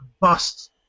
bust